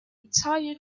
entire